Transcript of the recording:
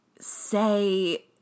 say